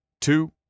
two